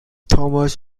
thomas